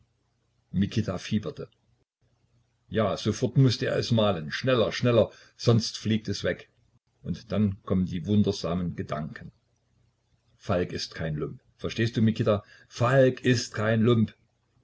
mikita fieberte ja sofort mußte er es malen schneller schneller sonst fliegt es weg und dann kommen die wundersamen gedanken falk ist kein lump verstehst du mikita falk ist kein lump